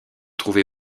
trouver